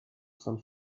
some